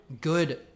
good